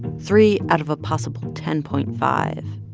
three out of a possible ten point five.